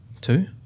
Two